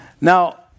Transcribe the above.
Now